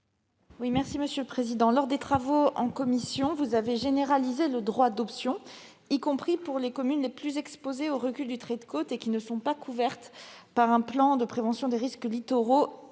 est à Mme la ministre. Lors des travaux en commission, vous avez généralisé le droit d'option, y compris pour les communes les plus exposées au recul du trait de côte et non couvertes par un plan de prévention des risques littoraux